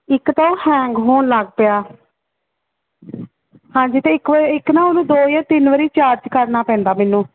ਇੱਕ ਤਾਂ ਉਹ ਹੈਂਗ ਹੋਣ ਲੱਗ ਪਿਆ ਹਾਂਜੀ ਅਤੇ ਇੱਕ ਵਾਰ ਇੱਕ ਨਾ ਉਹਨੂੰ ਦੋ ਜਾਂ ਤਿੰਨ ਵਾਰ ਚਾਰਜ ਕਰਨਾ ਪੈਂਦਾ ਮੈਨੂੰ